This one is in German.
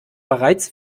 bereits